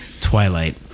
Twilight